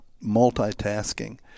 multitasking